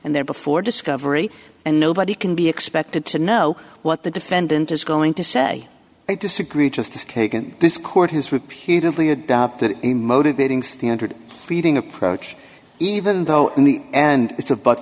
and there before discovery and nobody can be expected to know what the defendant is going to say i disagree just as kagan this court has repeatedly adopted a motivating standard feeding approach even though in the and it's a bu